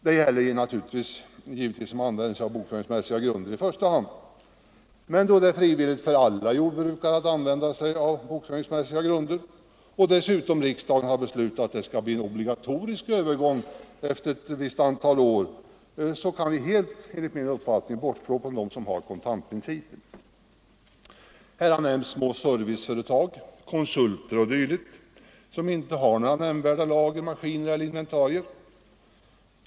Det här gäller naturligtvis i första hand de jordbruk där redovisningen sker efter bokföringsmässiga grunder, men då alla jordbrukare har full frihet att använda den metoden — och dessutom riksdagen har beslutat att det skall bli en obligatorisk övergång efter ett visst antal år — så kan vi enligt min uppfattning helt bortse från dem som tillämpar kontantprincipen. Här har nämnts små serviceföretag, konsulter och andra som inte har några nämnvärda lager, maskiner eller inventarier.